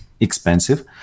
expensive